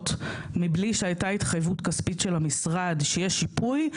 מבלי שהייתה התחייבות כספית של המשרד שיהיה שיפוי.